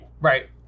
Right